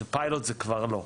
פיילוט זה כבר לא.